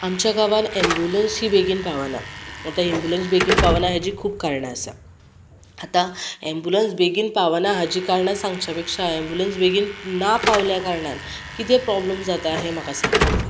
आमच्या गांवान अँबुलन्स ही बेगीन पावना आतां अँबुलन्स बेगीन पावना हेची खूब कारणां आसा आतां अँबुलन्स बेगीन पावना हाची कारणां सांगचा पेक्षा अँबुलन्स बेगीन ना पावल्या कारणान किदें प्रॉब्लम जाता हें म्हाका सांगपाक जाय